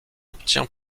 obtient